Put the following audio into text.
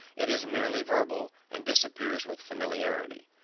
it is merely verbal and disappears with familiarity.